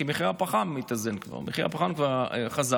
כי מחיר הפחם מתאזן כבר, מחיר הפחם כבר חזר.